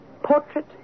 portrait